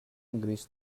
agrees